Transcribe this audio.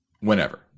whenever